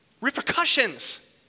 repercussions